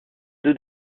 deux